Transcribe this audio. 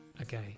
Okay